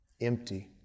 empty